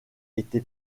été